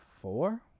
Four